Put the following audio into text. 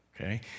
okay